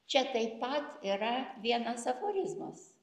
čia taip pat yra vienas aforizmas